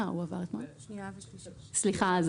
סליחה.